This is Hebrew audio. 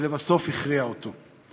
שלבסוף הכריעה אותו.